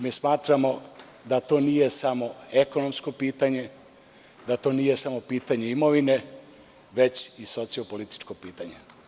Mi smatramo da to nije samo ekonomsko pitanje, da to nije samo pitanje imovine, već i socijopolitičko pitanje.